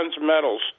medals